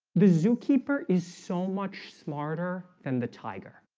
the zookeeper is so much smarter than the tiger